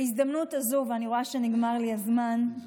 אני רואה שנגמר לי הזמן, אז